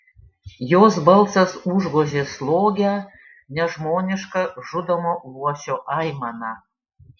jos balsas užgožė slogią nežmonišką žudomo luošio aimaną